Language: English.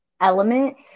element